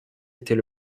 était